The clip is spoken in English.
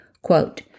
Quote